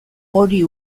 hori